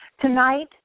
Tonight